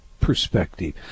perspective